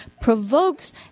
provokes